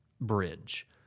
bridge